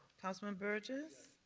councilman burgess.